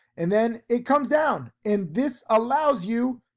and then it comes down. and this allows you,